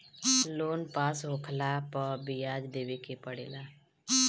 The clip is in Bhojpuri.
लोन पास होखला पअ बियाज देवे के पड़ेला